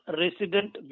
resident